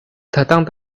datang